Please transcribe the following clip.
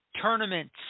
tournaments